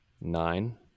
Nine